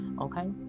okay